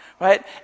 right